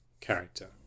character